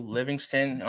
Livingston